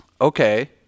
Okay